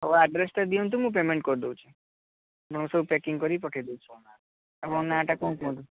ହେଉ ଆଡ଼୍ରେସ୍ଟା ଦିଅନ୍ତୁ ମୁଁ ପେମେଣ୍ଟ କରିଦେଉଛି ମୋର ସବୁ ପ୍ୟାକିଂ କରିକି ପଠାଇ ଦେଉଛି ଆପଣଙ୍କ ନାଁଟା କ'ଣ କୁହନ୍ତୁ